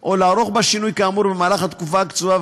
או לערוך בה שינוי כאמור במהלך התקופה הקצובה,